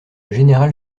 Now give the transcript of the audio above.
général